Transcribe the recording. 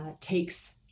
takes